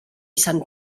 sant